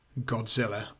Godzilla